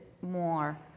more